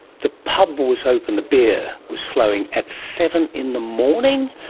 the pub was open, the beer was flowing, at seven in the morning,